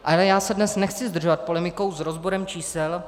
Ale já se dnes nechci zdržovat polemikou s rozborem čísel.